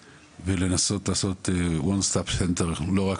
ולנסות לעשות one stop center ולא רק